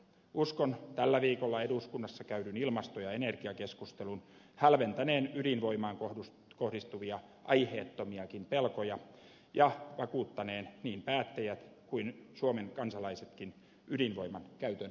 uskon tällä viikolla eduskunnassa käydyn ilmasto ja energiakeskustelun hälventäneen ydinvoimaan kohdistuvia aiheettomiakin pelkoja ja vakuuttaneen niin päättäjät kuin suomen kansalaisetkin ydinvoiman käytön tarpeellisuudesta